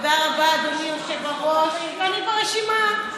תודה רבה, אדוני היושב-ראש, אני ברשימה.